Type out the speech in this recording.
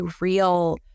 real